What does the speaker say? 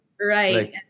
right